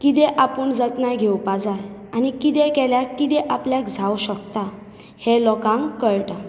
कितें आपूण जतनाय घेवपा जाय आनी कितें केल्यार कितें आपल्याक जावं शकता हें लोकांक कळटा